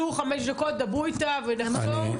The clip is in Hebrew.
תצאו לחמש דקות ותדברו איתה ונחזור,